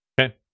Okay